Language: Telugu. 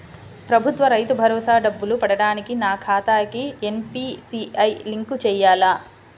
ప్రభుత్వ రైతు భరోసా డబ్బులు పడటానికి నా ఖాతాకి ఎన్.పీ.సి.ఐ లింక్ చేయాలా?